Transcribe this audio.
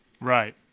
Right